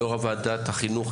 יו"ר ועדת החינוך,